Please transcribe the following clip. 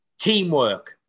teamwork